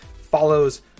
follows